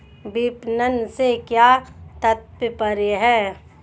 विपणन से क्या तात्पर्य है?